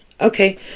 Okay